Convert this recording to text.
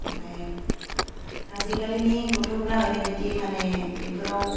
ओमफाय आजिकालिनि गथ'फोरा ओरैबायदि माने बेफोराव